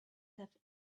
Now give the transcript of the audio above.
have